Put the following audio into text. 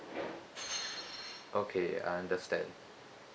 okay I understand